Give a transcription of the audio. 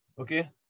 Okay